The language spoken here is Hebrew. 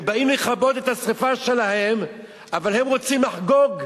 באים לכבות את השרפה שלהם אבל הם רוצים לחגוג.